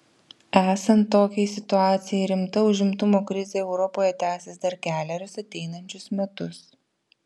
esant tokiai situacijai rimta užimtumo krizė europoje tęsis dar kelerius ateinančius metus